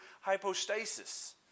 hypostasis